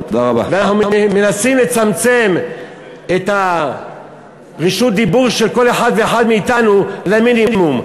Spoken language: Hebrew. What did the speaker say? אנחנו מנסים לצמצם את רשות הדיבור של כל אחד ואחד מאתנו למינימום.